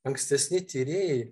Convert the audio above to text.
ankstesni tyrėjai